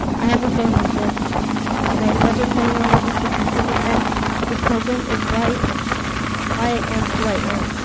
i have a family here and i'm never planning on leaving because in the end this program is right why i am who i am